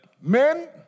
Men